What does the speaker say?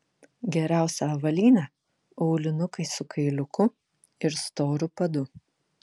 geriausia avalynė aulinukai su kailiuku ir storu padu